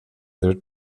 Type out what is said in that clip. their